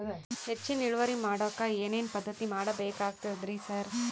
ಹೆಚ್ಚಿನ್ ಇಳುವರಿ ಮಾಡೋಕ್ ಏನ್ ಏನ್ ಪದ್ಧತಿ ಮಾಡಬೇಕಾಗ್ತದ್ರಿ ಸರ್?